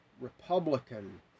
Republican